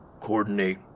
coordinate